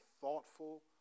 thoughtful